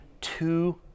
two